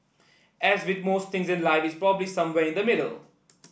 as with most things in life it's probably somewhere in the middle